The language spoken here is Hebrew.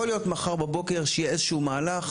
יכול להיות מחר בבוקר שיהיה איזה שהוא מהלך